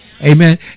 Amen